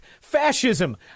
fascism